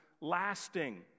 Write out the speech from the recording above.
lasting